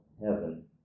heaven